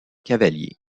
cavalier